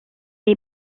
est